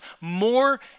more